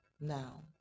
now